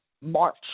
March